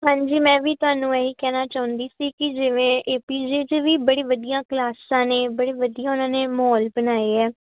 ਹਾਂਜੀ ਮੈਂ ਵੀ ਤੁਹਾਨੂੰ ਇਹੀ ਕਹਿਣਾ ਚਾਹੁੰਦੀ ਸੀ ਕੀ ਜਿਵੇਂ ਏਪੀਜੇ ਚ ਵੀ ਬੜੀ ਵਧੀਆ ਕਲਾਸਾਂ ਨੇ ਬੜੇ ਵਧੀਆ ਉਹਨਾਂ ਨੇ ਮਾਹੌਲ ਬਣਾਏ ਆ